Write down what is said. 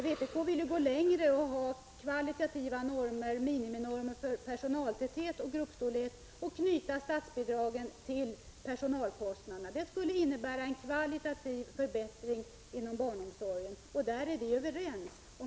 Vpk vill gå längre och ha kvalitativa normer, miniminormer för personaltäthet och gruppstorlek, och knyta statsbidragen till personalkostnaderna. Det skulle innebära en kvalitativ förbättring inom barnomsorgen.